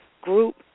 Group